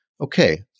okay